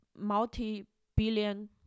multi-billion